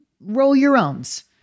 roll-your-owns